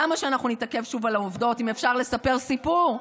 למה שאנחנו נתעכב שוב על העובדות אם אפשר לספר סיפור?